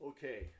Okay